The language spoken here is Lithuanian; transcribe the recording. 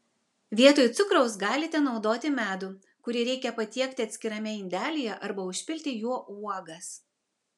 vietoj cukraus galite naudoti medų kurį reikia patiekti atskirame indelyje arba užpilti juo uogas